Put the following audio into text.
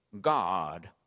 God